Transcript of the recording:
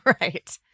Right